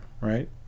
Right